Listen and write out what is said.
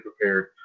prepared